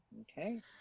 Okay